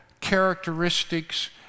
characteristics